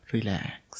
Relax